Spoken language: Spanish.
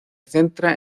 centra